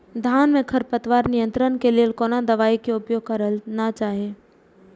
धान में खरपतवार नियंत्रण के लेल कोनो दवाई के उपयोग करना चाही?